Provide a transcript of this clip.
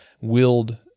willed